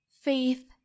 faith